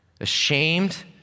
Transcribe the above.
ashamed